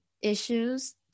issues